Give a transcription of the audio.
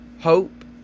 hope